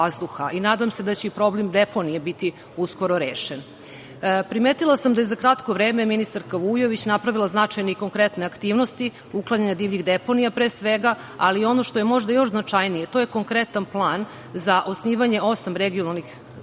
i nadam se da će i problem deponije biti uskoro rešen. Primetila sam da je za kratko vreme ministarka Vujović napravila značajne i konkretne aktivnosti, uklanjanja divljih deponija pre svega, ali ono što je možda još značajnije to je konkretan plan za osnivanje osam regionalnih centara